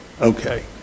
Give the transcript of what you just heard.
Okay